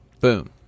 boom